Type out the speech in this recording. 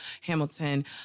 Hamilton